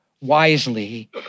wisely